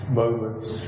moments